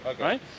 right